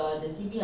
ah